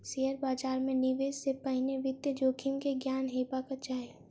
share बाजार मे निवेश से पहिने वित्तीय जोखिम के ज्ञान हेबाक चाही